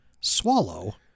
swallow